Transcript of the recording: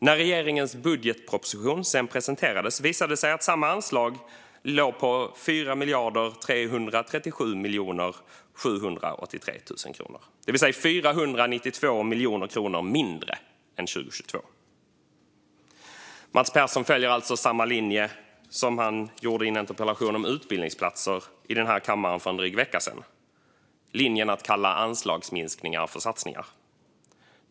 När regeringens budgetproposition sedan presenterades visade det sig att samma anslag låg på 4 337 783 000, det vill säga 492 miljoner kronor mindre än 2022. Mats Persson följer alltså samma linje som han gjorde i en interpellation om utbildningsplatser i kammaren för en dryg vecka sedan: att kalla anslagsminskningar för satsningar.